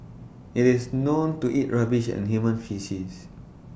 IT is known to eat rubbish and human faeces